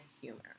humor